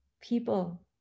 People